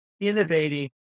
innovating